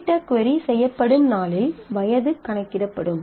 குறிப்பிட்ட கொரி செய்யப்படும் நாளில் வயது கணக்கிடப்படும்